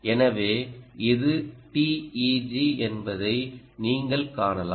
எனவே இது TEG என்பதை நீங்கள் காணலாம்